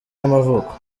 y’amavuko